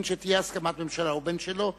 בין שתהיה הסכמת ממשלה ובין שלא,